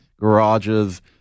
garages